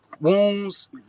wounds